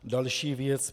Další věc.